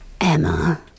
Emma